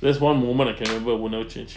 that's one moment I can remember will never change